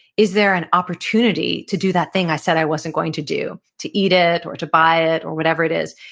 is there an opportunity to do that thing i said i wasn't going to do? to eat it, or to buy it, or whatever it is?